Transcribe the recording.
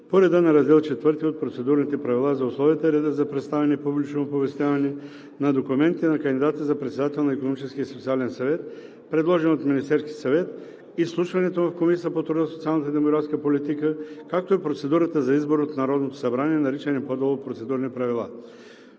по реда на раздел IV от Процедурните правила за условията и реда за представяне и публично оповестяване на документите на кандидата за председател на Икономическия и социален съвет, предложен от Министерския съвет, изслушването му в Комисията по труда, социалната и демографската политика, както и процедурата за избор от Народното събрание, наричани по-надолу „Процедурни правила“.